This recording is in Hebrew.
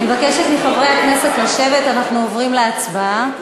אני מבקשת מחברי הכנסת לשבת, אנחנו עוברים להצבעה.